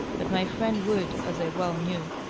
but my friend would, as i well knew,